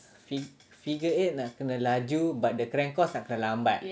figure eight nak kena laju but the crank course nak kena lambat